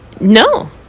no